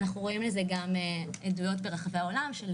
אנחנו רואים לזה עדויות ברחבי העולם של